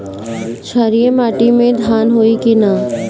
क्षारिय माटी में धान होई की न?